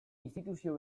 instituzio